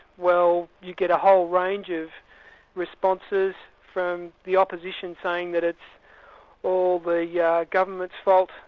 well you get a whole range of responses from the opposition saying that it's all the yeah government's fault,